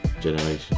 generation